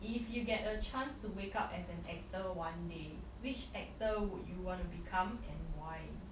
if you get a chance to wake up as an actor one day which actor would you want to become and why